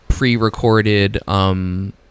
pre-recorded